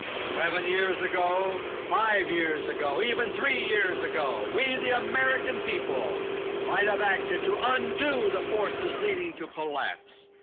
seven years ago, five years ago, even three years ago we the american people might have acted to undo the forces leading to collapse.